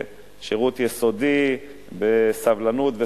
שירות יסודי בסבלנות,